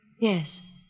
Yes